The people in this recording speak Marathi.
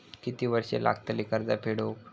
किती वर्षे लागतली कर्ज फेड होऊक?